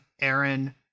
Aaron